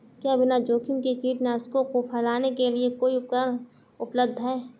क्या बिना जोखिम के कीटनाशकों को फैलाने के लिए कोई उपकरण उपलब्ध है?